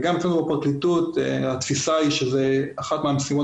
וגם אצלנו בפרקליטות התפיסה היא שזו אחת המשימות